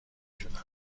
شدن